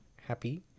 happy